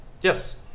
yes